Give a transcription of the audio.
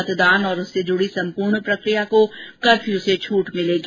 मतदान और उससे जुड़ी सम्पूर्ण प्रक्रिया को कफ़र्यू से छूट मिलेगी